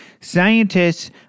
Scientists